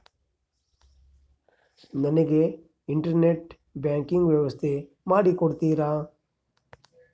ನನಗೆ internet banking ವ್ಯವಸ್ಥೆ ಮಾಡಿ ಕೊಡ್ತೇರಾ?